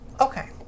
okay